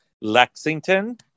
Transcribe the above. Lexington